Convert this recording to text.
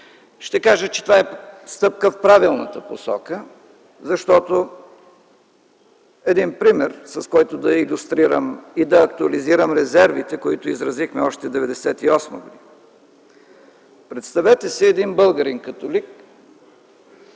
Ще кажа, че това е стъпка в правилната посока. Един пример, с който да илюстрирам и да актуализирам резервите, които изразихме още през 1998 г. Представете си един българин-католик,